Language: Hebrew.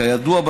כידוע,